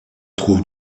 trouve